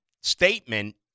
statement